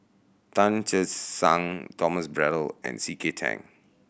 Tan Che Sang Thomas Braddell and C K Tang